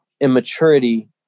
immaturity